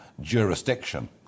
jurisdiction